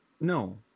No